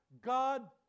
God